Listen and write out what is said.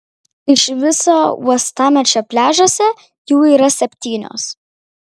iš viso uostamiesčio pliažuose jų yra septynios